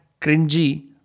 cringy